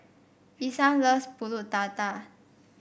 Isam loves pulut Tatal